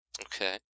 okay